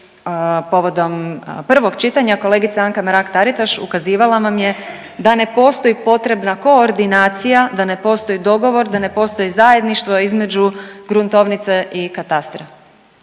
povodom prvog čitanja kolegica Anka Mrak Taritaš ukazivala vam je da ne postoji potrebna koordinacija, da ne postoji dogovor, da ne postoji zajedništvo između gruntovnice i katastra.